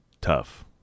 tough